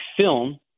film